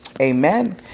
Amen